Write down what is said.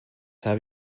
habe